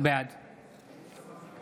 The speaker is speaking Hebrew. בעד